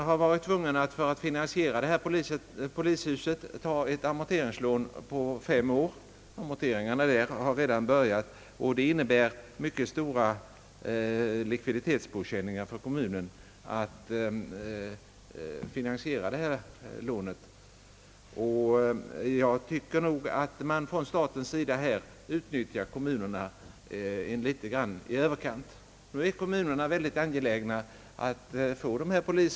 För att finansiera detta polishus har kommunen varit tvungen att ta ett amorteringslån på fem år. Amorteringarna har redan börjat, och de innebär mycket stora likviditetspåkänningar för kommunen. Jag tycker nog att man här från statens sida utnyttjar kommunerna litet grand i överkant. Nu är kommunerna mycket angelägna att få dessa polishus.